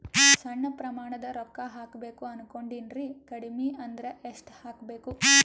ಸಣ್ಣ ಪ್ರಮಾಣದ ರೊಕ್ಕ ಹಾಕಬೇಕು ಅನಕೊಂಡಿನ್ರಿ ಕಡಿಮಿ ಅಂದ್ರ ಎಷ್ಟ ಹಾಕಬೇಕು?